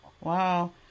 Wow